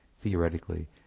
theoretically